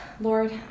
Lord